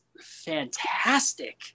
fantastic